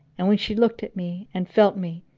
and when she looked at me and felt me,